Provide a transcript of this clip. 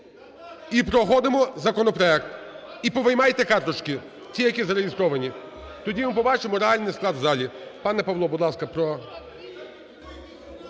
і проходимо законопроект. І повиймайте карточки, ті, які зареєстровані, тоді ми побачимо реальний склад в залі.